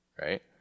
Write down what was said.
right